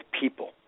people